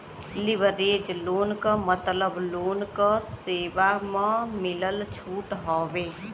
leverage loan क मतलब loan क सेवा म मिलल छूट हउवे